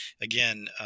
again